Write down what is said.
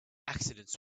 accidents